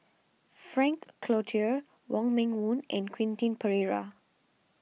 Frank Cloutier Wong Meng Voon and Quentin Pereira